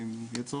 אם יהיה צורך.